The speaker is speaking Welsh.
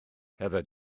heather